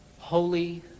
Holy